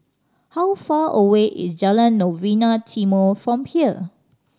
how far away is Jalan Novena Timor from here